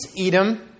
Edom